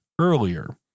earlier